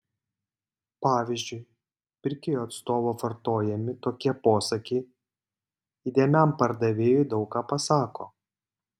pavyzdžiui pirkėjo atstovo vartojami tokie posakiai įdėmiam pardavėjui daug ką pasako